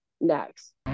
next